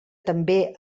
també